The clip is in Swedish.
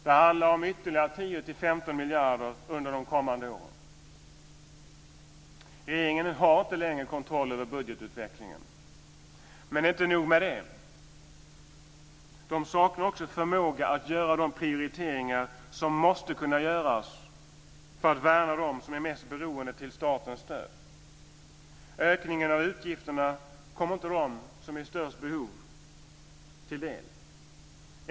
Det handlar om ytterligare 10-15 miljarder under de kommande åren. Regeringen har inte längre kontroll över budgetutvecklingen. Men det är inte nog med det. Man saknar också förmåga att göra de prioriteringar som måste kunna göras för att värna dem som är mest beroende av statens stöd. Ökningen av utgifterna kommer inte dem som är i störst behov till del.